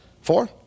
four